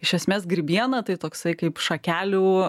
iš esmės grybiena tai toksai kaip šakelių